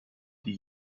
die